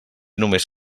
només